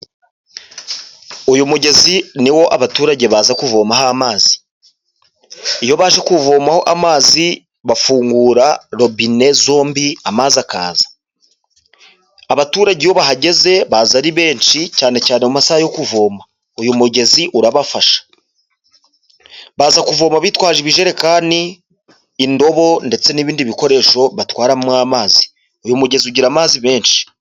Uyu mugezi niwo abaturage baza kuvomaho amazi, iyo baje kuvomaho amazi bafungura robine zombi amazi akaza, abaturage iyo bahageze baza ari benshi cyane cyane masaha yo kuvoma, uyu mugezi urabafasha, baza kuvoma bitwaje ibijerekani, indobo ndetse n'ibindi bikoresho batwaramo amazi, uyu mugezi ugira amazi menshi.